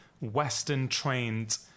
Western-trained